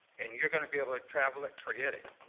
and you are going to be able to travel it? forget it.